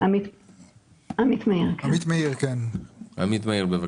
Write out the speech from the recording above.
עמית מאיר, בבקשה.